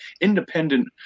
independent